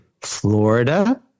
Florida